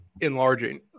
enlarging